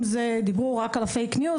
דיברו רק על הפייק-ניוז,